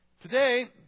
Today